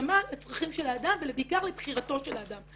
בהתאמה לצרכים של האדם ובעיקר לבחירתו של האדם.